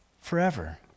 forever